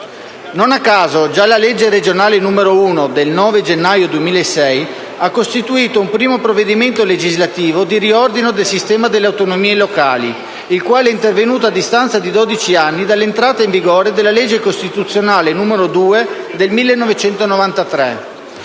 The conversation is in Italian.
Non a caso, già la legge regionale n. 1 del 9 gennaio 2006 ha costituito un primo provvedimento legislativo di riordino del sistema alle autonomie locali, il quale è intervenuto a distanza di dodici anni dall'entrata in vigore della legge costituzionale n. 2 del 1993,